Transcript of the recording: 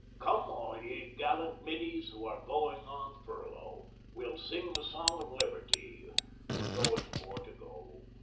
come all ye gallant middies who are going on furlough we'll sing the song of liberty we're going for to go.